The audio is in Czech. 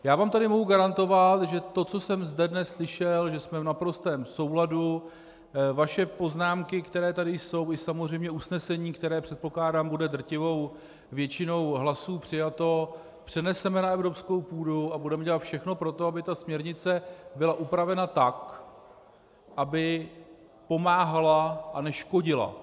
Mohu vám tady garantovat, že to, co jsem zde dnes slyšel, že jsme v naprostém souladu, vaše poznámky, které tady jsou, i samozřejmě usnesení, které, předpokládám, bude drtivou většinou hlasů přijato, přeneseme na evropskou půdu a budeme dělat všechno pro to, aby směrnice byla upravena tak, aby pomáhala a neškodila.